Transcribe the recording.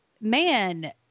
man